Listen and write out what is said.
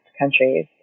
countries